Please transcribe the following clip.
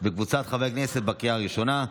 וקבוצת חברי הכנסת, לקריאה ראשונה.